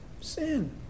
sin